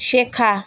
শেখা